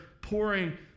pouring